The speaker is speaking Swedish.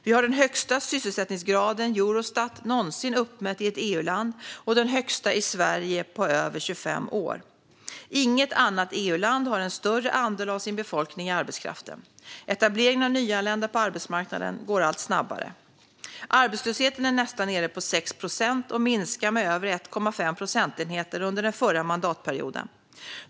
Vi har den högsta sysselsättningsgrad som Eurostat någonsin uppmätt i ett EU-land och den högsta i Sverige på över 25 år. Inget annat EU-land har en större andel av sin befolkning i arbetskraften. Etableringen av nyanlända på arbetsmarknaden går allt snabbare. Arbetslösheten är nästan nere på 6 procent och minskade med över 1,5 procentenheter under den förra mandatperioden.